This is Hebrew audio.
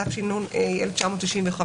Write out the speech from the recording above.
התשנ"ה -1995,